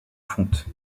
fonte